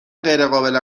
غیرقابل